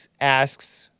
asks